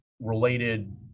related